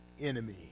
enemy